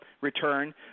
return